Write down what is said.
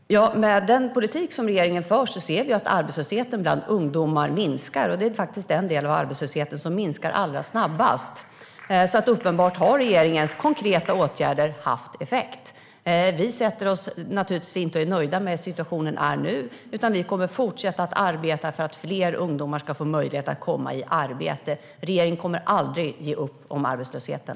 Herr talman! Med den politik som regeringen för ser vi att arbetslösheten bland ungdomar minskar. Det är faktiskt den del av arbetslösheten som minskar allra snabbast, så uppenbarligen har regeringens konkreta åtgärder haft effekt. Vi sätter oss naturligtvis inte och är nöjda med hur situationen är nu, utan vi kommer att fortsätta arbeta för att fler ungdomar ska få möjlighet att komma i arbete. Regeringen kommer aldrig att ge upp om arbetslösheten.